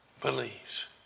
believes